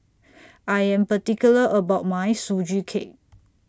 I Am particular about My Sugee Cake